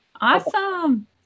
Awesome